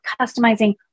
customizing